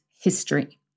history